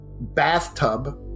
bathtub